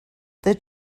that